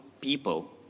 people